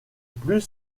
plus